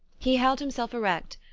he held himself erect,